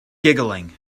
giggling